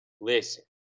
Listen